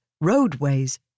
roadways